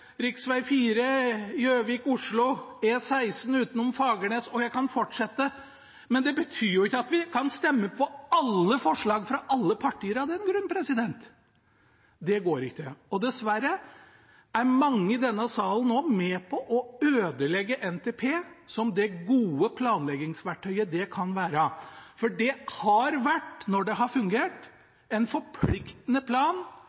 utenom Fagernes – og jeg kan fortsette. Men det betyr jo ikke at vi kan stemme for alle forslag fra alle partier av den grunn. Det går ikke. Dessverre er mange i denne salen nå med på å ødelegge NTP som det gode planleggingsverktøyet den kan være, for den har vært, når det har fungert, en forpliktende plan